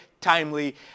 timely